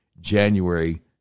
January